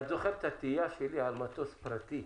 ואת זוכרת את התהייה שלי על מטוס פרטי